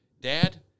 Dad